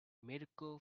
mirco